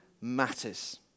matters